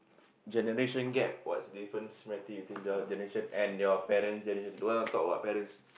generation gap what's difference between you think your generation and your parents' generation don't want to talk about parents